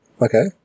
okay